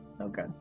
Okay